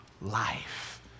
life